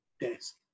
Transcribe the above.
desk